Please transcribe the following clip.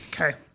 Okay